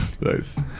Nice